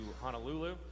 Honolulu